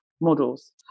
models